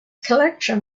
collection